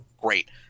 great